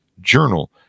journal